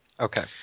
Okay